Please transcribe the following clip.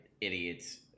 idiots